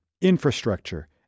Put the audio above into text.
infrastructure